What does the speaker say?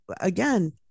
again